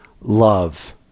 love